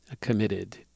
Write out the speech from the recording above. committed